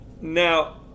Now